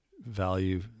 value-